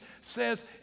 says